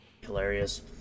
Hilarious